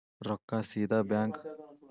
ರೊಕ್ಕಾ ಸೇದಾ ಬ್ಯಾಂಕ್ ಖಾತೆಯಿಂದ ತಗೋತಾರಾ?